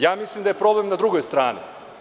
Ja mislim da je problem na drugoj strani.